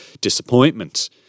disappointment